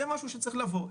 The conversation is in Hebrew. זה משהו שצריך לבוא,